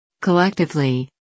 Collectively